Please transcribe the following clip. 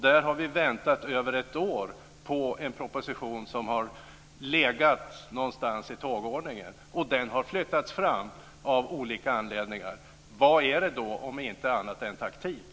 Där har vi väntat över ett år på en proposition som har legat någonstans i tågordningen. Den har flyttats fram av olika anledningar. Vad är det, om inte taktik?